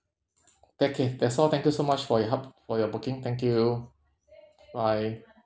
that's all thank you so much for your help for your booking thank you bye